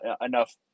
enough